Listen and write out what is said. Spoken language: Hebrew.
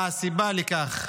מה הסיבה לכך?